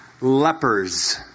lepers